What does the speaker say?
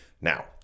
Now